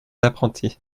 d’apprentis